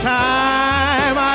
time